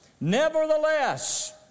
Nevertheless